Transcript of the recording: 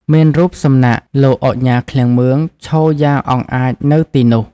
មានរូបសំណាកលោកឧកញ៉ា ឃ្លាំងមឿង ឈរយ៉ាងអង់អាចនៅទីនោះ។